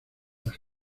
las